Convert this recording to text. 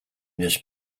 this